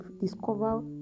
discover